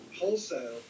wholesale